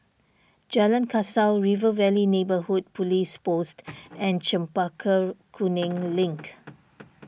Jalan Kasau River Valley Neighbourhood Police Post and Chempaka Kuning Link